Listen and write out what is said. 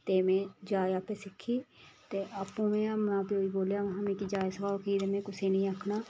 ते में जाच आपें सिक्खी ते आपूं में मां प्यो गी बोलेआ कि महां मिगी जाच सखाओ की जे में कुसै नी आखना